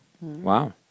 Wow